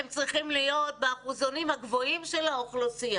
הם צריכים להיות באחוזונים הגבוהים של האוכלוסייה.